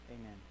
Amen